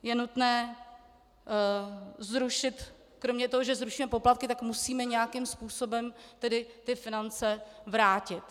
Je nutné zrušit kromě toho, že zrušíme poplatky, tak musíme nějakým způsobem tedy ty finance vrátit.